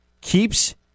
keeps